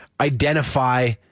identify